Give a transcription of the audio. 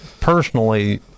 personally